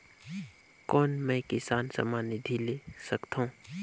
कौन मै किसान सम्मान निधि ले सकथौं?